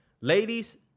Ladies